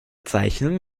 zeichnung